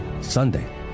Sunday